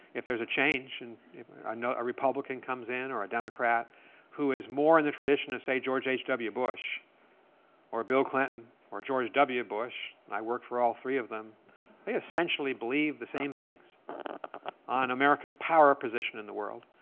if there's a change and you know a republican comes in or a democrat who is more in the tradition of, say, george hw bush or bill clinton or george w. bush i work for all three of them they essentially believe the same things on america's power position in the world.